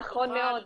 נכון מאוד,